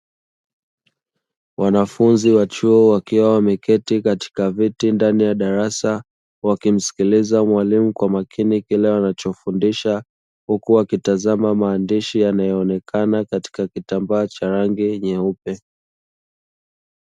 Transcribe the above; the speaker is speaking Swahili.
Wanafunzi wa chuo wakiwa wameketi katika viti ndani ya darasa, wakimsikiliza mwalimu kwa makini, kile anachofundisha huku wakitazama maandishi yanayoonekana katika kitambaa cha rangi nyeupe.